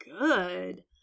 good